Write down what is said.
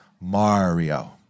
Mario